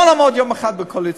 לא נעמוד יום אחד בקואליציה.